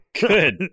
Good